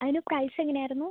അതിന് പ്രൈസ് എങ്ങനെയായിരുന്നു